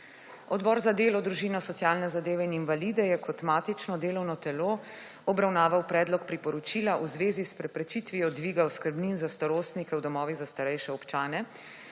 Odbor za delo, družino, socialne zadeve in invalide je kot matično delovno telo obravnaval predlog priporočila v zvezi s preprečitvijo dviga oskrbnin za starostnike v domovih za starejše občane,